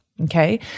Okay